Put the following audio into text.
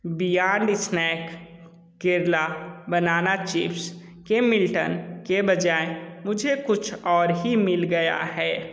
beyond snack snack Kerala banana chips के Milton के बजाय मुझे कुछ और ही मिल गया है